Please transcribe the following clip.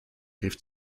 griff